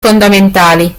fondamentali